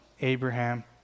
Abraham